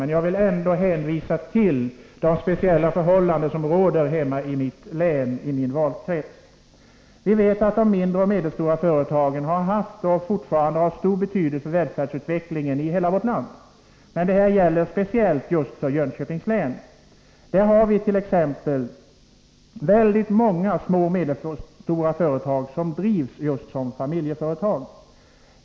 Men jag vill ändå hänvisa till de speciella förhållanden som råder i mitt hemlän och i min valkrets. Vi vet att de mindre och medelstora företagen har haft och fortfarande har stor betydelse för välfärdsutvecklingen och sysselsättningen i vårt land. Detta gäller speciellt för Jönköpings län, där det finns många små och medelstora företag som till stor del drivs just såsom familjeföretag.